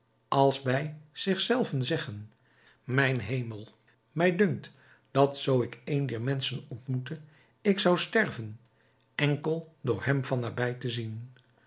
als bij zich zelve zeggen mijn hemel mij dunkt dat zoo ik een dier menschen ontmoette ik zou sterven enkel door hem van nabij te zien